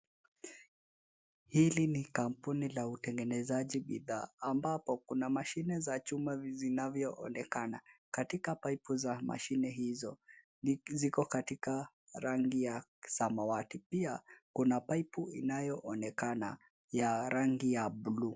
Hili ni kampuni la utengenezaji bidhaa ambapo kuna mashine za chuma zinavyoonekana. Katika paipu za mashine hizo ziko katika rangi ya samawati. Pia kuna paipu inayoonekana ya rangi ya bluu.